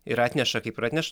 ir atneša kaip ir atneš